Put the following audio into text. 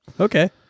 Okay